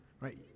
right